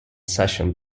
session